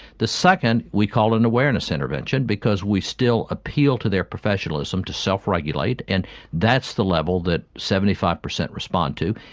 the second we call an awareness intervention because we still appeal to their professionalism to self-regulate, and that's the level that seventy five percent respond to.